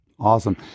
Awesome